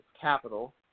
capital